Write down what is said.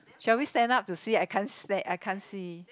shall we stand up to see I can't sta~ I can't see